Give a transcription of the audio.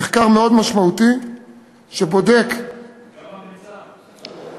מחקר מאוד משמעותי שבודק, גם המיצ"ב.